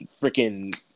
freaking